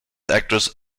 actress